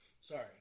Sorry